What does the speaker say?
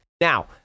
Now